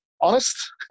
honest